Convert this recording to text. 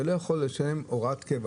אתה לא יכול לשלם הוראת קבע